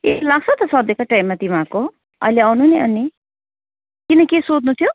ए लाग्छ त सधैँकै टाइममा तिमीहरूको अहिले आउनु नि अनि किन केही सोध्नु थियो